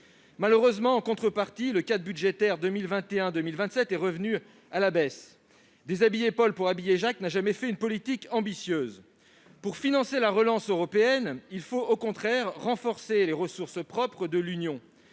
Malheureusement, en contrepartie, le cadre budgétaire 2021-2027 est revu à la baisse. Déshabiller Paul pour habiller Jacques n'a jamais fait une politique ambitieuse ! Pour financer la relance européenne, il faut, au contraire, renforcer les ressources propres de l'Union.